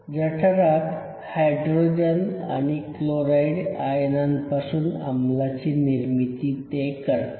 जठरात hydrogen आणि chloride आयनांपासून आम्लाची निर्मिती ते करतात